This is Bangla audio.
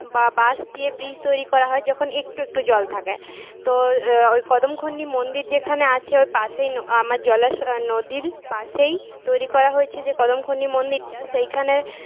বা বাঁশ দিয়ে ব্রিজ তৈরি করা হয় যখন একটু একটু জল থাকে তো ওই কদমখণ্ডী মন্দির যেখানে আছে ওর পাশেই আমার জলাশয় নদীর পাশেই তৈরি করা হয়েছে যে কদমখণ্ডী মন্দিরটা সেইখানে